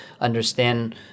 understand